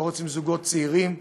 לא רוצים זוגות צעירים,